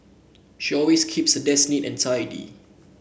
she always keeps her desk neat and tidy